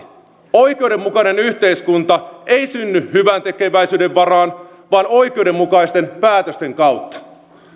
oikeudenmukainen yhteiskunta ei synny hyväntekeväisyyden varaan vaan oikeudenmukaisten päätösten kautta